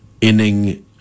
inning